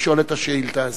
לשאול את השאילתא הזאת.